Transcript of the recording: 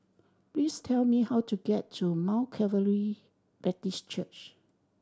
please tell me how to get to Mount Calvary Baptist Church